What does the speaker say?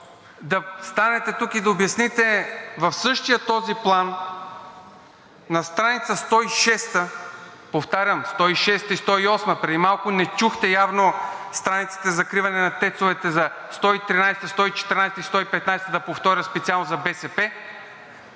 да станете тук и да обясните в същия този план – на страница 106-а, повтарям, 106-а и 108-ма – преди малко не чухте явно страниците за закриване на ТЕЦ-овете – на 113-а, 114-а и 115-а – да повторя специално за БСП.